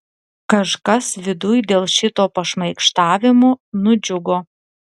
kažkas viduj dėl šito pašmaikštavimo nudžiugo